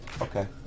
Okay